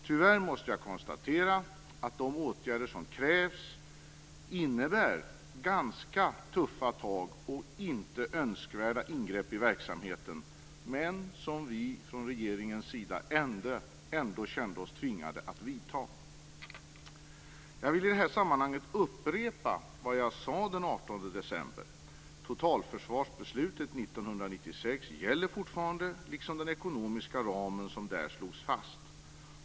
Tyvärr måste jag konstatera att de åtgärder som krävs innebär ganska tuffa tag och inte önskvärda ingrepp i verksamheten, men som vi i regeringen ändå kände oss tvingade att vidta. Jag vill i detta sammanhang upprepa vad jag sade den 18 december. Totalförsvarsbeslutet 1996 gäller fortfarande, liksom den ekonomiska ramen som där slogs fast.